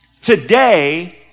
Today